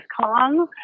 Kong